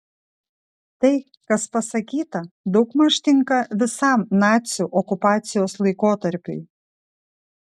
tai kas pasakyta daugmaž tinka visam nacių okupacijos laikotarpiui